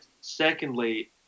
Secondly